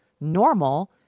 normal